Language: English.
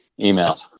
Emails